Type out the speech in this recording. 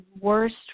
worst